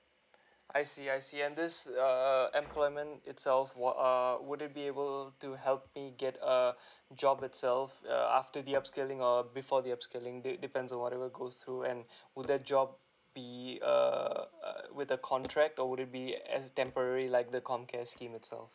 I see I see and this err err employment itself were err will it be able to help me get a job itself uh after the upskilling or before the upskilling depends on whatever goes through and will that job be uh uh with the contract or would it be as temporary like the com care scheme itself